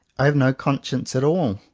i have no conscience at all.